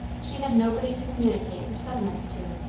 she had nobody to communicate her sentiments to,